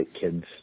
kids